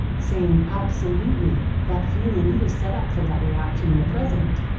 saying absolutely, that feeling you were set up for that reaction in the present,